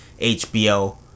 HBO